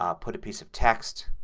um put a piece of text.